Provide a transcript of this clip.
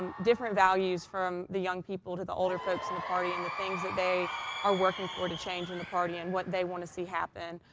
um different values from the young people to the older folks in the party and the things that they are working for to change in the party and what they want to see happen.